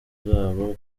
zabo